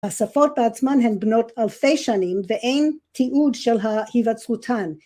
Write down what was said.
‫השפות בעצמן הן בנות אלפי שנים, ‫ואין תיעוד של היווצרותן